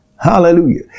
Hallelujah